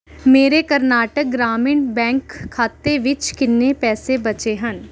ਮੇਰੇ ਕਰਨਾਟਕ ਗ੍ਰਾਮੀਣ ਬੈਂਕ ਖਾਤੇ ਵਿੱਚ ਕਿੰਨੇ ਪੈਸੇ ਬਚੇ ਹਨ